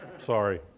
Sorry